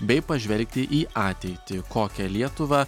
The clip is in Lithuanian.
bei pažvelgti į ateitį kokią lietuvą